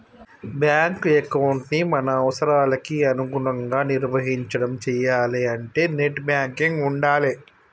bank ఎకౌంటుని మన అవసరాలకి అనుగుణంగా నిర్వహించడం చెయ్యాలే అంటే నెట్ బ్యాంకింగ్ ఉండాలే